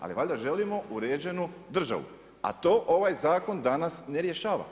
Ali valjda želimo uređenu državu, a to ovaj zakon danas ne rješava.